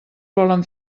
volen